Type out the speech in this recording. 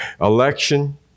election